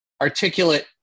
articulate